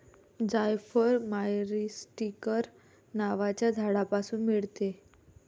जायफळ मायरीस्टीकर नावाच्या झाडापासून मिळते